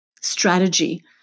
strategy